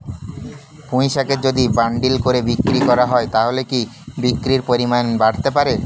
পুঁইশাকের যদি বান্ডিল করে বিক্রি করা হয় তাহলে কি বিক্রির পরিমাণ বাড়তে পারে?